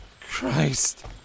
Christ